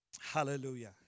Hallelujah